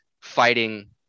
fighting